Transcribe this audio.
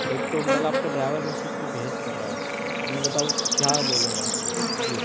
ایک تو مطلب آپ کا ڈرائیور مجھ سے اتنی بحث کر رہا ہے اب میں بتاؤ کیا بولوں میں اسے بتاؤ جی